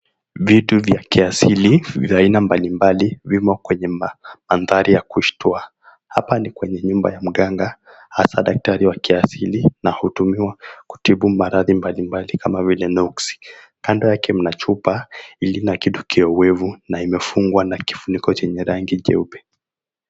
Vitu vya kiasilia vya aina mbalimbali vimo kwenye mandhari ya kushtua, hapa ni kwenye nyumba ya mganga hasa daktari wa kiasili na hutumiwa kutiba maradhi mbalimbali kama vile nuksi, kando yake mna chupa lina kitokewevu na limefungwa na kifuniko chenye rangi cheupe.